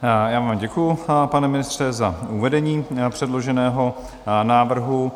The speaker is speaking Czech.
Já vám děkuju, pane ministře, za uvedení předloženého návrhu.